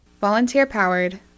Volunteer-powered